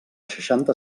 seixanta